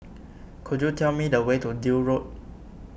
could you tell me the way to Deal Road